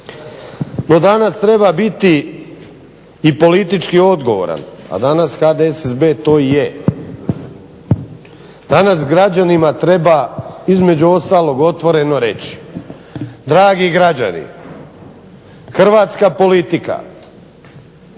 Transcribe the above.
No danas treba biti i politički odgovoran, a danas HDSSB to je. Danas građanima treba između ostalog otvoreno reći, dragi građani hrvatska politika